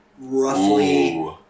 roughly